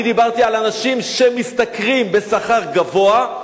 אני דיברתי על אנשים שמשתכרים שכר גבוה,